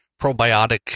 probiotic